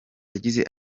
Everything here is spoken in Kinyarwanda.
yagize